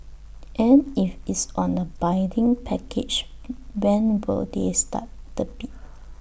and if it's on A bidding package when will they start the bid